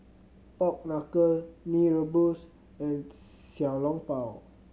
pork knuckle Mee Rebus and Xiao Long Bao